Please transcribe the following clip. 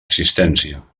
existència